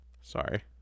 Sorry